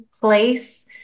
place